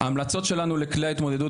המלצות שלנו לכלי ההתמודדות,